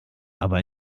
aber